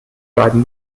beiden